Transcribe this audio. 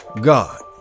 God